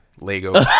Lego